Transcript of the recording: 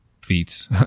feats